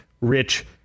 rich